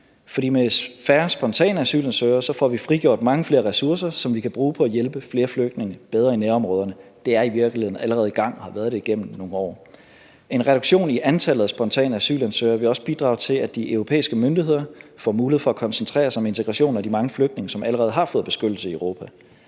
For med færre spontane asylansøgere får vi frigjort mange flere ressourcer, som vi kan bruge på at hjælpe flere flygtninge bedre i nærområderne. Det er i virkeligheden allerede i gang og har været det igennem nogle år. En reduktion i antallet af spontane asylansøgere vil også bidrage til, at de europæiske myndigheder får mulighed for at koncentrere sig om integration af de mange flygtninge, som allerede har fået beskyttelse i Europa.